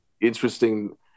interesting